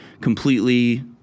Completely